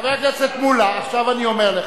חבר הכנסת מולה, עכשיו אני אומר לך.